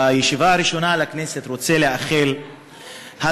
בישיבה הראשונה של הכנסת אני רוצה לאחל הצלחה,